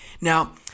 now